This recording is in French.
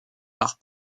par